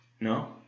No